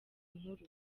inkuru